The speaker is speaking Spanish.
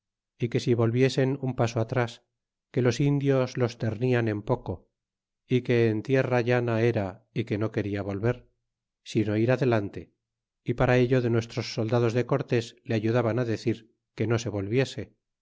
y que si volviesen un paso atras que los indios los ternian en poco y que en tierra llana era y que no quena volver sino ir adelante y para ello de nuestros soldados de cortés le ayudaban decir que no se volviese